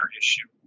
issue